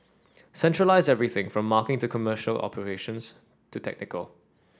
centralise everything from market to commercial operations to technical